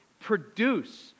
produce